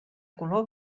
color